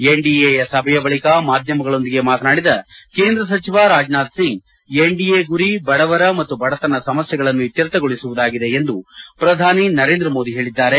ಎನ್ಡಿಎಯ ಸಭೆಯ ಬಳಿಕ ಮಾಧ್ಯಮಗಳೊಂದಿಗೆ ಮಾತನಾಡಿದ ಕೇಂದ್ರ ಸಚಿವ ರಾಜನಾಥ್ ಸಿಂಗ್ ಎನ್ಡಿಎ ಗುರಿ ಬದವರ ಮತ್ತು ಬದತನ ಸಮಸ್ಯೆಗಳನ್ನು ಇತ್ಯರ್ಥಗೊಳಿಸುವುದಾಗಿದೆ ಎಂದು ಪ್ರಧಾನಿ ನರೇಂದ್ರ ಮೋದಿ ಹೇಳಿದ್ದಾರೆ